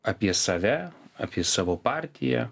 apie save apie savo partiją